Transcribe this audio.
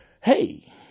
hey